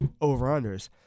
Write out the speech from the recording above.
over-unders